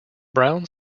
brown